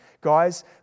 Guys